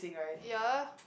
ya